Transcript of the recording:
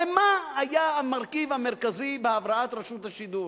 הרי מה היה המרכיב המרכזי בהבראת רשות השידור?